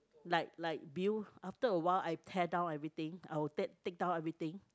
like like Bill after awhile I tear down everything I will take take down everything